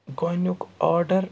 گۄڈٕنیُک آرڈر